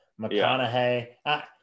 McConaughey